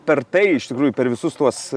per tai iš tikrųjų per visus tuos